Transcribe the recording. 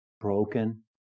broken